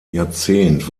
jahrzehnt